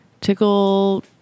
tickle